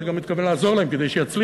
ואני גם מתכוון לעזור להם כדי שיצליחו,